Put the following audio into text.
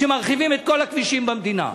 כשמרחיבים את כל הכבישים במדינה?